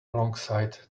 alongside